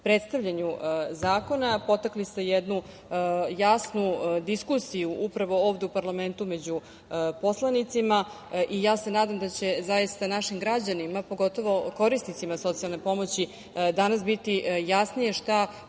predstavljanju zakona. Potakli ste jednu jasnu diskusiju upravo ovde u parlamentu među poslanicima i ja se nadam da će zaista našim građanima, pogotovo korisnicima socijalne pomoći danas biti jasnije šta